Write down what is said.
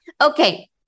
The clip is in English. Okay